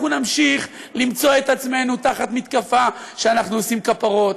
אנחנו נמשיך למצוא את עצמנו תחת מתקפה שאנחנו עושים כפרות,